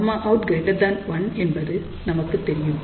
|Γout|1 என்பது நமக்குத் தெரியும்